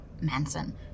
manson